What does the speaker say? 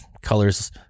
Colors